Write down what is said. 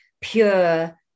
pure